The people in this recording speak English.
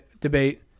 debate